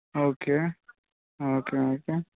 okay okay okay